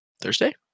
Thursday